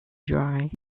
dry